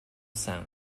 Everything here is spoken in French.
cinq